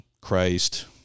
Christ